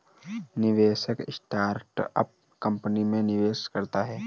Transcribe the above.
निवेशक startup company में निवेश करता है